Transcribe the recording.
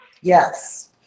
yes